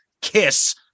Kiss